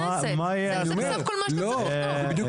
זה בדיוק